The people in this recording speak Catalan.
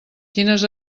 quines